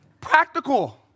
Practical